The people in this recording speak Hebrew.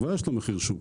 כבר יש לו מחיר שוק.